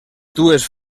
dues